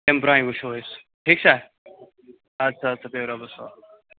تَمہِ برٛۄنٛہٕے وٕچھو أسۍ ٹھیٖک چھا اَدٕ سا اَدٕ سا بِہِو رۄبَس حَوال